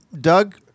doug